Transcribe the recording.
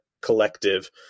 collective